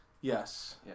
Yes